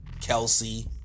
Kelsey